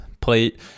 plate